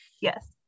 Yes